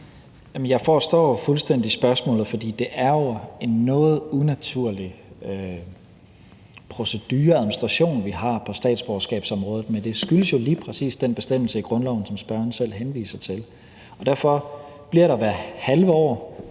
Jeg forstår fuldstændig spørgsmålet, fordi det jo er en noget unaturlig procedure og administration, vi har på statsborgerskabsområdet, men det skyldes jo lige præcis den bestemmelse i grundloven, som spørgeren selv henviser til. Derfor bliver der hvert halve år